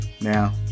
Now